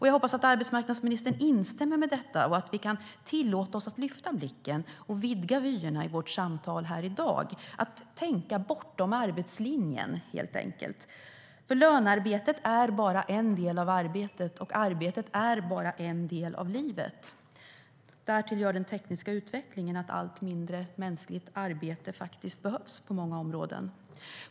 Jag hoppas att arbetsmarknadsministern instämmer i detta och att vi kan tillåta oss att lyfta blicken och vidga vyerna i vårt samtal här i dag, att tänka bortom arbetslinjen helt enkelt. Lönearbetet är bara en del av arbetet, och arbetet är bara en del av livet. Därtill leder den tekniska utvecklingen till att allt mindre mänskligt arbete behövs på många områden.